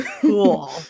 Cool